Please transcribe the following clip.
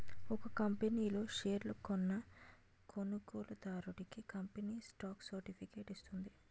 ఒక కంపనీ లో షేర్లు కొన్న కొనుగోలుదారుడికి కంపెనీ స్టాక్ సర్టిఫికేట్ ఇస్తుంది